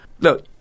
Look